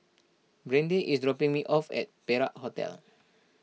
Brande is dropping me off at Perak Hotel